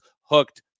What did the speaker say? hooked